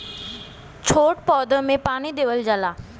छोट पौधा में पानी देवल जाला